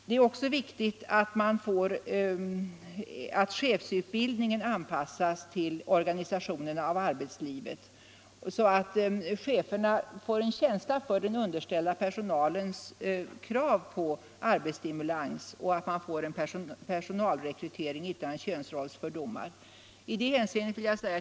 Det är också viktigt att chefsutbildningen anpassas till organisationen av arbetslivet så att cheferna får en känsla för den underställda personalens krav på arbetsstimulans och så att man får en personalrekrytering utan könsrollsfördomar.